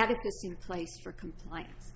advocacy in place for compliance